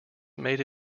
made